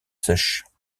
sèche